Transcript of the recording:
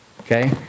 Okay